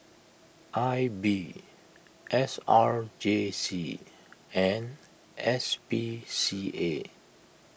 I B S R J C and S P C A